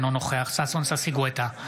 אינו נוכח ששון ששי גואטה,